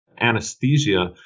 anesthesia